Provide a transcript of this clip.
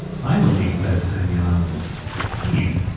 finally, by the time jan was sixteen,